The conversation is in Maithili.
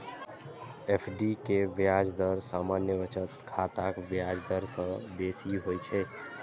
एफ.डी के ब्याज दर सामान्य बचत खाताक ब्याज दर सं बेसी होइ छै